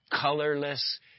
colorless